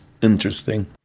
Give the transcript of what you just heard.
Interesting